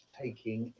taking